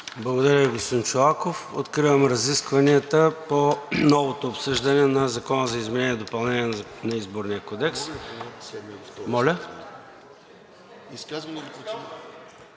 Благодаря Ви, господин Чолаков. Откривам разискванията по новото обсъждане на Законопроекта за изменение и допълнение на Изборния кодекс. За